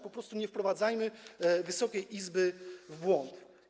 Po prostu nie wprowadzajmy Wysokiej Izby w błąd.